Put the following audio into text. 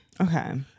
Okay